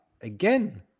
again